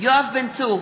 יואב בן צור,